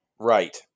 Right